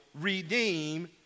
redeem